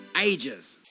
ages